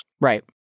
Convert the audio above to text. Right